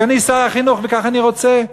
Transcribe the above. כי אני שר החינוך וכך אני רוצה,